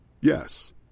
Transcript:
Yes